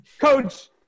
Coach